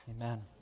Amen